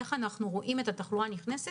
איך אנחנו רואים את התחלואה נכנסת.